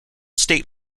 state